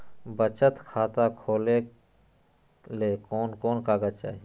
बचत खाता खोले ले कोन कोन कागज चाही?